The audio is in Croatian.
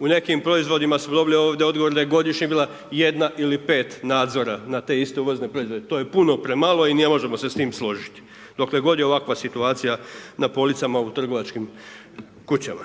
u nekim proizvod smo dobili ovdje odgovor da je godišnje bila jedna ili pet nadzora na te iste uvozne proizvode. To je puno premalo i ne možemo se s tim složiti, dokle god je ovakva situacija na policama trgovačkim kućama.